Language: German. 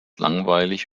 langweilig